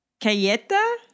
Cayeta